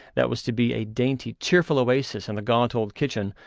that was to be a dainty, cheerful oasis in the gaunt old kitchen,